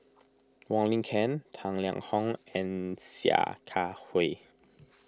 Wong Lin Ken Tang Liang Hong and Sia Kah Hui